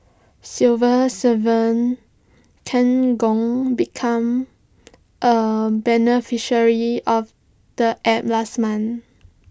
civil servant Ken Gong become A beneficiary of the app last month